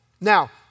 Now